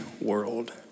world